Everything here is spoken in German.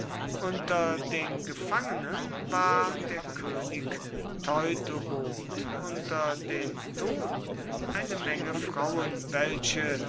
unter den gefangenen war der könig teutobod unter den toten eine menge frauen welche